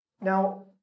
Now